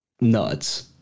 nuts